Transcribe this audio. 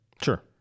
Sure